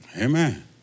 Amen